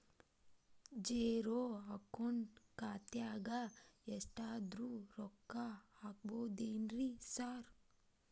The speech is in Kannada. ಝೇರೋ ಅಕೌಂಟ್ ಖಾತ್ಯಾಗ ಎಷ್ಟಾದ್ರೂ ರೊಕ್ಕ ಹಾಕ್ಬೋದೇನ್ರಿ ಸಾರ್?